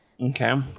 Okay